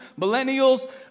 millennials